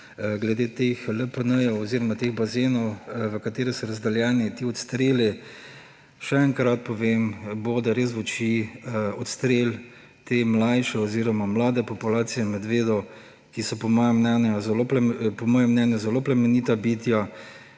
glede teh LPN oziroma teh bazenov, v katere so razdeljeni ti odstreli, še enkrat povem, bode res v oči odstrel te mlajše oziroma mlade populacije medvedov, ki so po mojem mnenju zelo plemenita bitja.